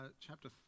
chapter